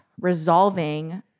resolving